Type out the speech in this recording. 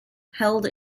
held